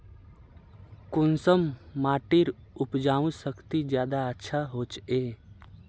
कुंसम माटिर उपजाऊ शक्ति ज्यादा अच्छा होचए?